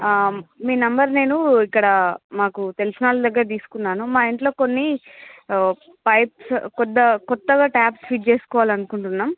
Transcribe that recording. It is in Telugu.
మీ నంబర్ నేను ఇక్కడ మాకు తెలిసిన వాళ్ళ దగ్గర తీసుకున్నాను మా ఇంట్లో కొన్ని పైప్స్ కొద్ద కొత్తగా ట్యాప్స్ ఫిట్ చేసుకోవాలి అనుకుంటున్నాం